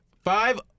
Five